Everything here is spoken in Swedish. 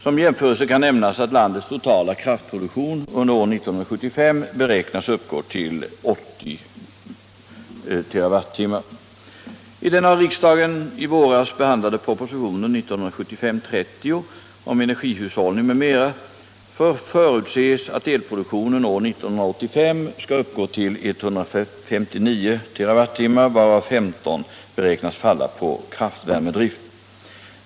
Som jämförelse kan nämnas att landets totala kraftproduktion under år 1975 beräknas uppgå till 80 TWh. I den av riksdagen i våras behandlade propositionen 1975:30 om energihushållning m.m. förutses att elproduktionen år 1985 skall uppgå till 159 TWh varav 15 TWh beräknas falla på kraftvärmedrift.